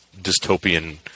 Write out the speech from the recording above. dystopian